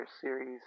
Series